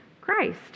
Christ